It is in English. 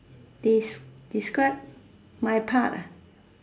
des~ describe my part ah